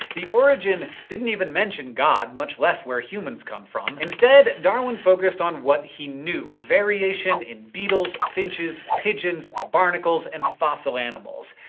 the origin didn't even mention god, much less where humans come from. instead, darwin focused on what he knew variation in beetles, finches, pigeons, ah barnacles, and fossil animals.